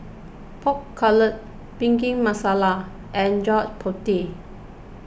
Pork Knuckle Bhindi Masala and Gudeg Putih